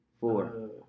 Four